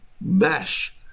mesh